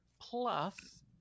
Plus